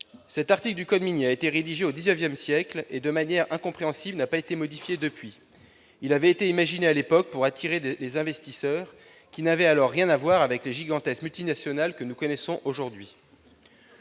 Cet article du code minier a été rédigé au XIX siècle et, de manière incompréhensible, n'a pas été modifié depuis lors. Il avait été imaginé à l'époque pour attirer les investisseurs, qui n'avaient alors rien à voir avec les gigantesques multinationales que nous connaissons aujourd'hui.